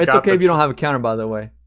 it's okay if you don't have a counter, by the way.